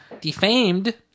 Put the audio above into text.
defamed